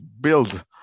build